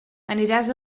aniràs